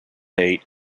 eight